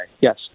Yes